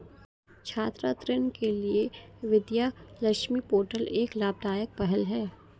छात्र ऋण के लिए विद्या लक्ष्मी पोर्टल एक लाभदायक पहल है